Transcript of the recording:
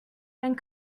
and